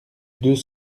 deux